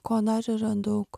ko dar yra daug